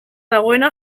dagoena